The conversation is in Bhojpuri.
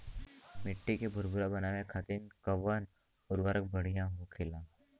मिट्टी के भूरभूरा बनावे खातिर कवन उर्वरक भड़िया होखेला?